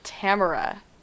Tamara